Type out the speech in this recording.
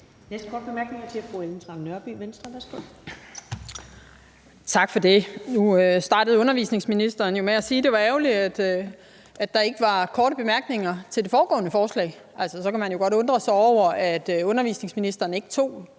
Venstre. Værsgo. Kl. 15:53 Ellen Trane Nørby (V): Tak for det. Nu startede undervisningsministeren med at sige, at det var ærgerligt, at der ikke var korte bemærkninger til det foregående forslag – så kan man jo godt undre sig over, at undervisningsministeren ikke tog